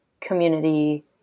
community